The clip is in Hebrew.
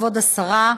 כבוד השרה,